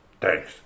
Thanks